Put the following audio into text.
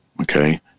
Okay